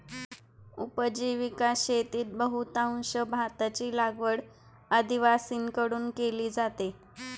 उपजीविका शेतीत बहुतांश भाताची लागवड आदिवासींकडून केली जाते